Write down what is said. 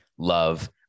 love